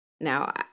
Now